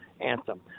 anthem